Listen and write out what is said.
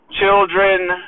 Children